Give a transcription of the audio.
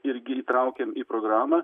irgi įtraukėm į programą